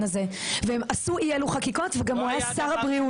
הזה והם עשו אי אילו חקיקות והוא היה גם שר הבריאות.